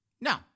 No